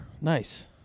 Nice